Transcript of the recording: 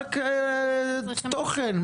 רק תוכן,